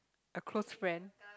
a close friend